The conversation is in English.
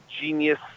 genius